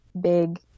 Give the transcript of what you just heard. big